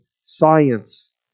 science